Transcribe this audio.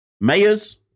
Mayors